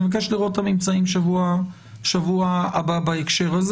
אני מבקש לראות את הממצאים בהקשר הזה בשבוע הבא ואני